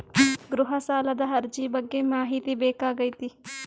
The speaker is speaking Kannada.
ಗೃಹ ಸಾಲದ ಅರ್ಜಿ ಬಗ್ಗೆ ಮಾಹಿತಿ ಬೇಕಾಗೈತಿ?